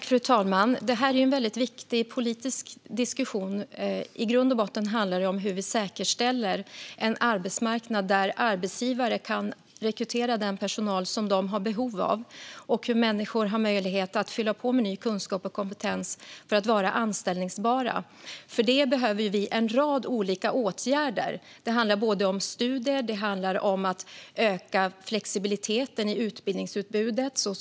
Fru talman! Det här är en viktig politisk diskussion. I grund och botten handlar det om hur vi säkerställer en arbetsmarknad där arbetsgivare kan rekrytera den personal som de har behov av och hur människor har möjlighet att fylla på med ny kunskap och kompetens för att vara anställbara. För detta behöver vi en rad olika åtgärder. Det handlar om studier och om att öka flexibiliteten i utbildningsutbudet.